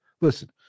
Listen